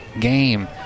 game